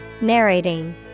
Narrating